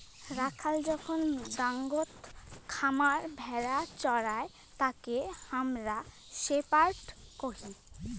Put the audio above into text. রাখাল যখন ডাঙাত খামার ভেড়া চোরাই তাকে হামরা শেপার্ড কহি